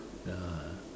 ya